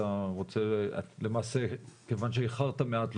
למעשה כיוון שאיחרת מעט,